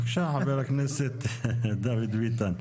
בבקשה, חבר הכנסת דוד ביטן.